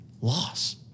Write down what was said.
loss